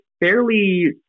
fairly